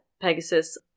Pegasus